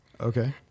Okay